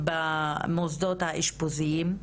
במוסדות האשפוזיים.